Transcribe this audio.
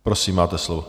Prosím, máte slovo.